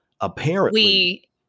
apparently-